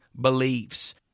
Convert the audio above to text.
beliefs